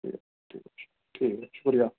ٹھیک ٹھیک ٹھیک ہے شکریہ